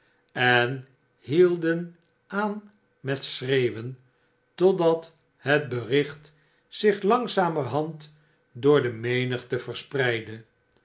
en hielden aan met schreeuwen totdat het bericht zich langzamerhand door de menigte verspreidde